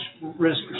risk